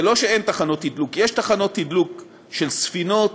זה לא שאין תחנות תדלוק, יש תחנות תדלוק של ספינות